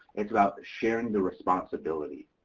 it's about sharing the responsibility.